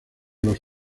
los